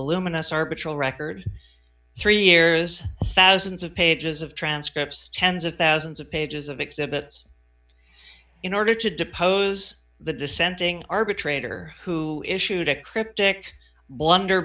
record three years thousands of pages of transcripts tens of thousands of pages of exhibits in order to depose the dissenting arbitrator who issued a cryptic blunder